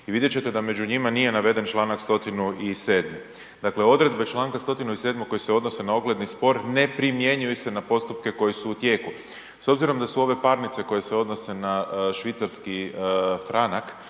i vidjet ćete da među njima nije naveden članak 107. Dakle odredbe članka 107. koje se odnose na ogledni spor ne primjenjuju se na postupke koji su u tijeku. S obzirom da su ove parnice koje se odnose na švicarski franak